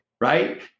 right